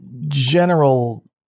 general